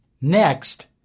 Next